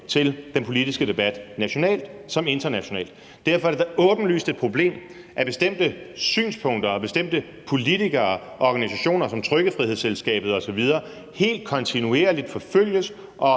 til den politiske debat – nationalt som internationalt. Derfor er det da åbenlyst et problem, at bestemte synspunkter og bestemte politikere og organisationer som Trykkefrihedsselskabet osv. helt kontinuerligt forfølges